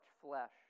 flesh